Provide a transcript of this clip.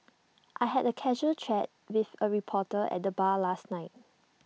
I had A casual chat with A reporter at the bar last night